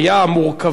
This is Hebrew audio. המורכבות,